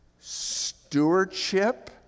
stewardship